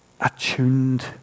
attuned